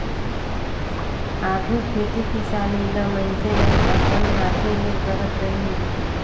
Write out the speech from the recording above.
आघु खेती किसानी ल मइनसे मन अपन हांथे ले करत रहिन